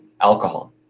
alcohol